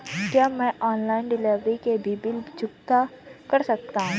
क्या मैं online delivery के भी बिल चुकता कर सकता हूँ?